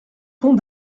pont